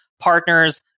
partners